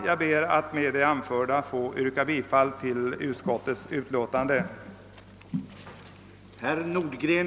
Jag ber att med det an förda få yrka bifall till utskottets hemställan.